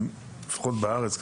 לפחות בארץ,